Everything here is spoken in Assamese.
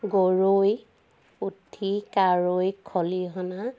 গৰৈ পুঠি কাৰৈ খলিহনা